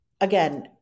again